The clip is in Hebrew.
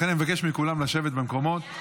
לכן אני מבקש מכולם לשבת במקומות.